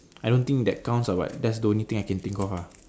I don't think that counts lah but that's the only thing I can think of ah